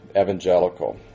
evangelical